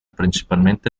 principalmente